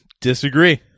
disagree